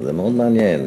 זה מאוד מעניין.